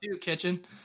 kitchen